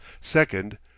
Second